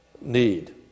need